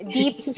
deep